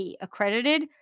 accredited